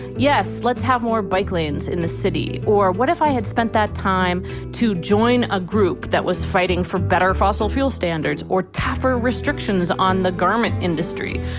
yes, let's have more bike lanes in the city? or what if i had spent that time to join a group that was fighting for better fossil fuel standards or tougher restrictions on the garment industry?